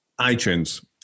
iTunes